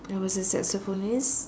I was a saxophonist